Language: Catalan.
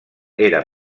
era